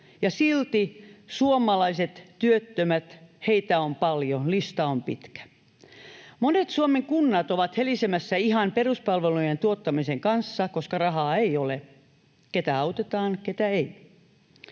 silti suomalaisia työttömiä on paljon, lista on pitkä. Monet Suomen kunnat ovat helisemässä ihan peruspalvelujen tuottamisen kanssa, koska rahaa ei ole — ketä autetaan, ketä ei.